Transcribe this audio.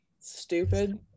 stupid